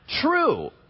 true